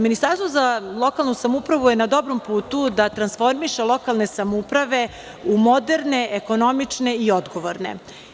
Ministarstvo za lokalnu samoupravu je na dobrom putu da transformiše lokalne samouprave u moderne, ekonomične i odgovorne.